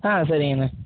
ஆ சரிங்கண்ணா